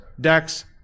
dex